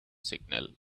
signal